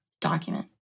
document